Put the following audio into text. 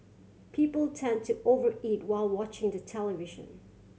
people tend to over eat while watching the television